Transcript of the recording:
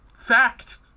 fact